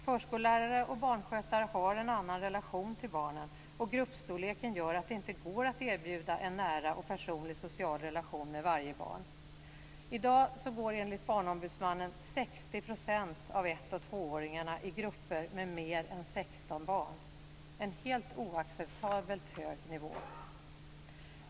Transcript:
Förskollärare och barnskötare har en annan relation till barnen, och gruppstorleken gör att det inte går att erbjuda en nära och personlig social relation med varje barn. I dag går enligt Barnombudsmannen 60 % av 1 och 2 åringarna i grupper med mer än 16 barn - en helt oacceptabelt hög nivå.